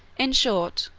in short,